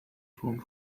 form